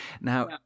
now